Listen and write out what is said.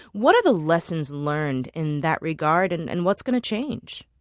what are the lessons learned in that regard and and what's going to change?